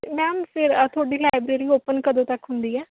ma'am ਫ਼ਿਰ ਤੁਹਾਡੀ library open ਕਦੋਂ ਤੱਕ ਹੁੰਦੀ ਹੈ